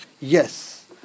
yes